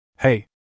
Hey